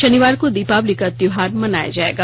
शनिवार को दीपावली का त्योहार मनाया जायेगा